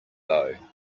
though